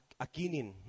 akinin